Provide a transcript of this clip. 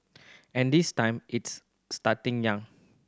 and this time it's starting young